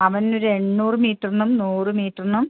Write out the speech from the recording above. അവനൊരു എണ്ണൂറ് മീറ്ററിനും നൂറ് മീറ്ററിനും